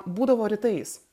būdavo rytais